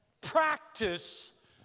Practice